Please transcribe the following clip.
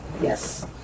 Yes